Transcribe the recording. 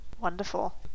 Wonderful